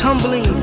Tumbling